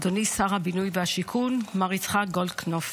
אדוני שר הבינוי והשיכון מר יצחק גולדקנופ,